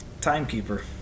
timekeeper